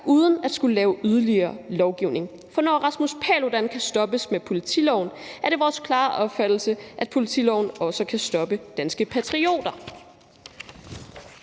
uden at skulle lave yderligere lovgivning. For når Rasmus Paludan kan stoppes med politiloven, er det vores klare opfattelse, at politiloven også kan stoppe Danske Patrioter.